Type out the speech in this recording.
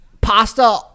pasta